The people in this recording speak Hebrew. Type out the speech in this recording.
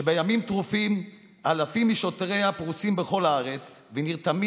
שבימים טרופים אלפים משוטריה פרוסים בכל הארץ ונרתמים